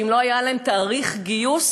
ואם לא היה להן תאריך גיוס,